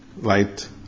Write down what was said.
Light